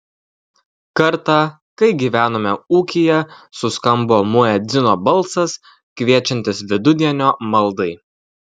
kartą kai gyvenome ūkyje suskambo muedzino balsas kviečiantis vidudienio maldai